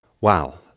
wow